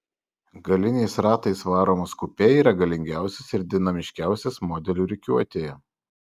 galiniais ratais varomas kupė yra galingiausias ir dinamiškiausias modelių rikiuotėje